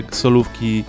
solówki